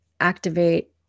activate